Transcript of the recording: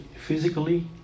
physically